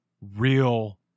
real